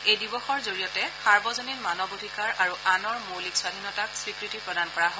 এই দিৱসৰ জড়িয়তে সাৰ্বজনীন মানৱ অধিকাৰ আৰু আনৰ মৌলিক স্বধীনতাক স্বীকৃতি প্ৰদান কৰা হয়